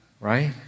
Right